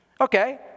Okay